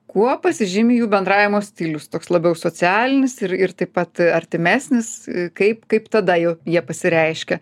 kuo pasižymi jų bendravimo stilius toks labiau socialinis ir ir taip pat artimesnis kaip kaip tada jau jie pasireiškia